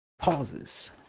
pauses